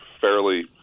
fairly